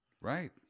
Right